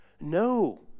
No